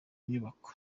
nyubako